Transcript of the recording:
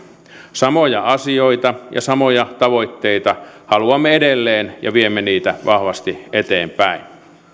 samoja asioita ja samoja tavoitteita haluamme edelleen ja viemme niitä vahvasti eteenpäin